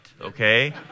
okay